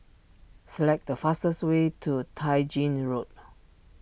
select the fastest way to Tai Gin Road